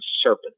serpent